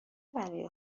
برای